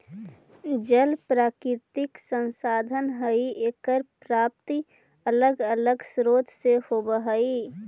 जल प्राकृतिक संसाधन हई एकर प्राप्ति अलग अलग स्रोत से होवऽ हई